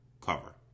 cover